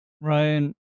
Ryan